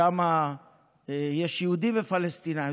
שם יש יהודים ופלסטינים,